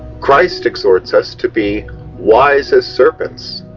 christ exhorts us to be wise as serpents,